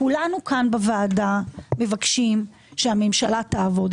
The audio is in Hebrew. כולנו כאן בוועדה מבקשים שהממשלה תעבוד.